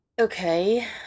Okay